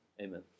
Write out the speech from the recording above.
Amen